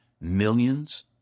millions